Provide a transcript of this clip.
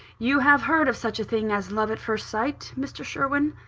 you have heard of such a thing as love at first sight, mr. sherwin?